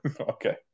Okay